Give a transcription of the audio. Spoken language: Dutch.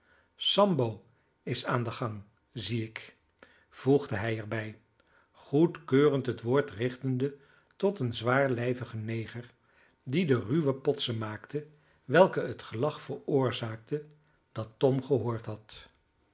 sambo is aan den gang zie ik voegde hij er bij goedkeurend het woord richtende tot een zwaarlijvigen neger die de ruwe potsen maakte welke het gelach veroorzaakten dat tom gehoord had